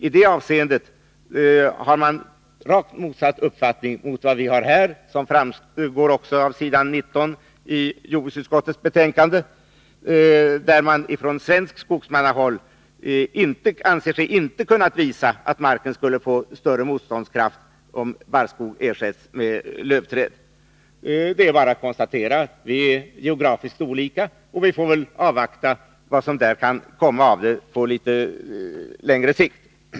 I det avseendet har vi i Sverige rakt motsatt uppfattning, vilket också framgår av s. 19 i jordbruksutskottets betänkande. Från svenskt skogsmannahåll anser man sig inte ha kunnat visa att marken får större motståndskraft om barrskog ersätts med lövträd. Det är bara att konstatera att de geografiska förhållandena är olika. Vi får väl avvakta vad som på litet längre sikt kan komma ut av dessa projekt.